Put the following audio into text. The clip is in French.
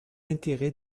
intérêt